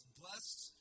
blessed